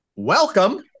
Welcome